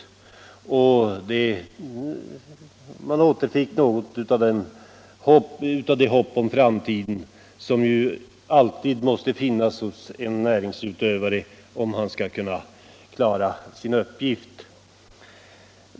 Jordbrukarna återfick då något av det hopp om framtiden som ju alltid måste finnas hos en näringsutövare om han skall kunna klara sin uppgift.